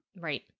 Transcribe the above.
Right